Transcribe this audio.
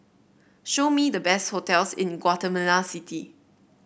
show me the best hotels in Guatemala City